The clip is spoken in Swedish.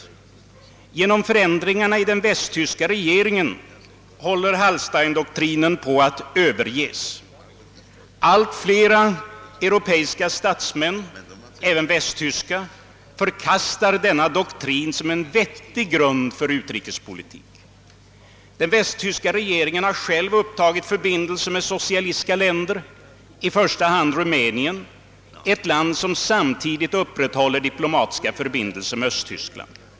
På grund av förändringarna inom den västtyska regeringen håller Hallsteindoktrinen på att överges. Allt fler europeiska stats män — även västtyska — förkastar denna doktrin som en vettig grund för utrikespolitiken. Den västtyska regeringen har själv upptagit förbindelser med socialistiska länder, i första hand Rumänien, som samtidigt upprätthåller diplomatiska förbindelser med öÖsttyskland.